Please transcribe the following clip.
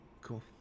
Cool